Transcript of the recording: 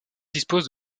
dispose